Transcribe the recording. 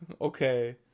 Okay